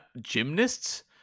gymnasts